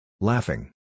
Laughing